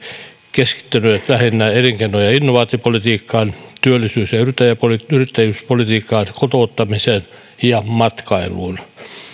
keskittyneet lähinnä elinkeino ja innovaatiopolitiikkaan työllisyys ja yrittäjyyspolitiikkaan kotouttamiseen ja matkailuun